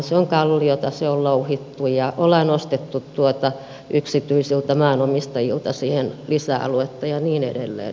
se on kalliota se on louhittu ja olemme ostaneet yksityisiltä maanomistajilla siihen lisäaluetta ja niin edelleen